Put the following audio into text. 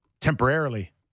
temporarily